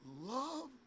love